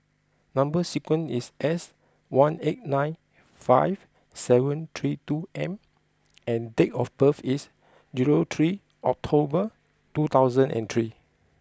number sequence is S one eight nine five seven three two M and date of birth is zero three October two thousand and three